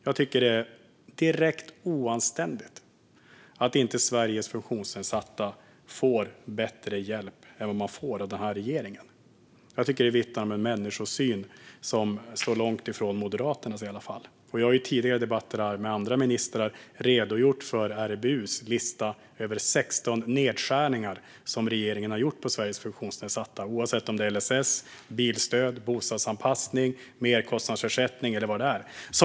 Jag tycker att det är direkt oanständigt att Sveriges funktionsnedsatta inte får bättre hjälp än vad de får av denna regering. Det vittnar om en människosyn som står långt ifrån Moderaternas i alla fall. I tidigare debatter med andra ministrar har jag redogjort för RBU:s lista över 16 nedskärningar som regeringen har gjort när det gäller Sveriges funktionsnedsatta, oavsett om det gäller LSS, bilstöd, bostadsanpassning, merkostnadsersättning eller vad det är.